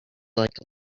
like